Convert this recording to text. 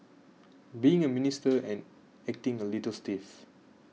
being a Minister and acting a little stiff